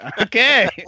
Okay